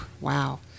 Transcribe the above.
Wow